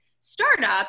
startup